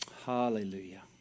Hallelujah